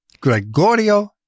Gregorio